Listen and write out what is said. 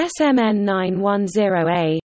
SMN910A